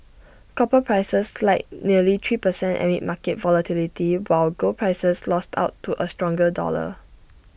copper prices slid nearly three per cent amid market volatility while gold prices lost out to A stronger dollar